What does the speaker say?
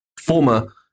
former